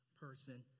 person